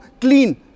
clean